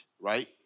right